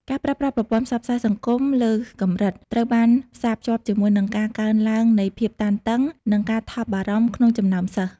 ការប្រើប្រាស់ប្រព័ន្ធផ្សព្វផ្សាយសង្គមលើសកម្រិតត្រូវបានផ្សារភ្ជាប់ជាមួយនឹងការកើនឡើងនៃភាពតានតឹង និងការថប់បារម្ភក្នុងចំណោមសិស្ស។